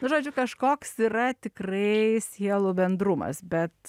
nu žodžiu kažkoks yra tikrai sielų bendrumas bet